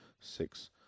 Six